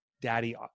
daddy